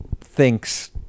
thinks